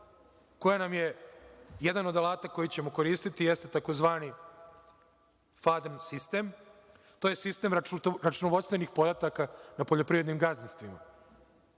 koja nam je jedan od alata koji ćemo koristiti, jeste tzv. „fadem sistem“, to je sistem računovodstvenih podataka na poljoprivrednim gazdinstvima.